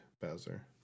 Bowser